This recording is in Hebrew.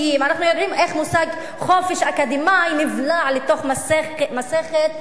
אנחנו יודעים איך המושג "חופש אקדמי" נבלע לתוך מסכת של